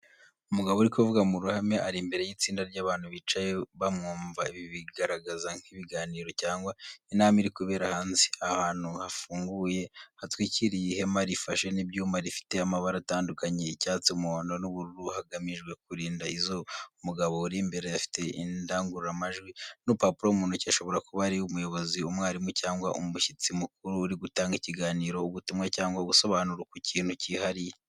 Umugabo uri kuvuga mu ruhame, ari imbere y’itsinda ry’abantu bicaye bamwumva. Ibi bigaragara nk'ibiganiro cyangwa inama iri kubera hanze, ahantu hafunguye hatwikiriwe ihema rifashwe n'ibyuma rifite amabara atandukanye icyatsi, umuhondo n’ubururu hagamijwe kurinda izuba. Umugabo uri imbere afite indangururamajwi n’urupapuro mu ntoki ashobora kuba ari umuyobozi, umwarimu cyangwa umushyitsi mukuru uri gutanga ikiganiro, ubutumwa, cyangwa ubusobanuro ku kintu cyihariye.